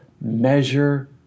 measure